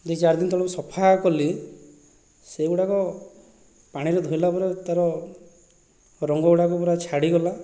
ଦୁଇ ଚାରିଦିନ ତଳୁ ସଫା କଲି ସେଗୁଡ଼ାକ ପାଣିରେ ଧୋଇଲା ପରେ ତା'ର ରଙ୍ଗ ଗୁଡ଼ାକ ପୁରା ଛାଡ଼ିଗଲା